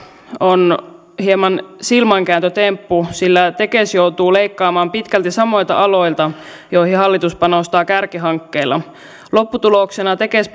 ovat hieman silmänkääntötemppu sillä tekes joutuu leikkaamaan pitkälti samoilta aloilta joihin hallitus panostaa kärkihankkeilla lopputuloksena tekes